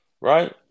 right